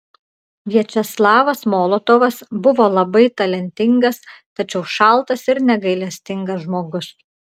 viačeslavas molotovas buvo labai talentingas tačiau šaltas ir negailestingas žmogus